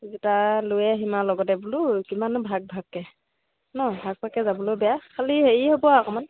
জোতা লৈ আহিম আৰু লগতে বোলো কিমাননো ভাগ ভাগকে ন ভাগ ভাগকে যাবলৈ বেয়া খালি হেৰি হ'ব আৰু অকণমান